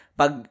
pag